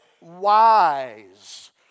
wise